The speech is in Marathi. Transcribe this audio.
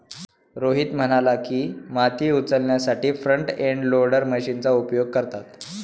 रोहित म्हणाला की, माती उचलण्यासाठी फ्रंट एंड लोडर मशीनचा उपयोग करतात